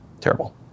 terrible